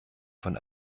von